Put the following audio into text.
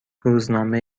روزنامه